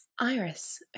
Iris